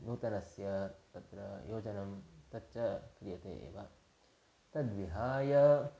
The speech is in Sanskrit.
नूतनस्य तत्र योजनं तच्च क्रियते एव तद्विहाय